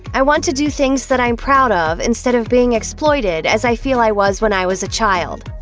i want to do things that i'm proud of instead of being exploited, as i feel i was when i was a child.